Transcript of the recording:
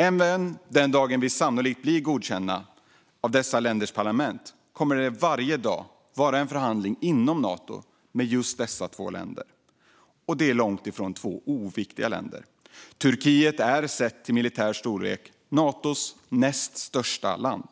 Även när vi sannolikt blivit godkända av dessa länders parlament kommer det varje dag att vara en förhandling inom Nato med just dessa två länder. Det är dessutom långt ifrån två oviktiga länder. Turkiet är sett till militär storlek Natos näst största land.